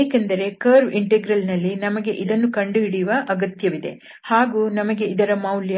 ಏಕೆಂದರೆ curve integral ನಲ್ಲಿ ನಮಗೆ ಇದನ್ನು ಕಂಡುಹಿಡಿಯುವ ಅಗತ್ಯವಿದೆ ಹಾಗೂ ನಮಗೆ ಇದರ ಮೌಲ್ಯ